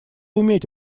уметь